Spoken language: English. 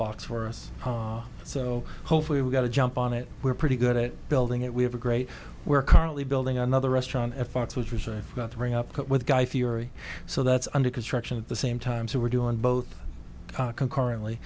box for us so hopefully we got to jump on it we're pretty good at building it we have a great we're currently building another restaurant at fox was recently about to ring up with guy fieri so that's under construction at the same time so we're doing both concurrently